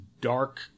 dark